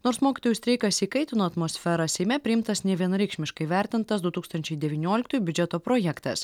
nors mokytojų streikas įkaitino atmosferą seime priimtas nevienareikšmiškai vertintas du tūkstančiai devynioliktųjų biudžeto projektas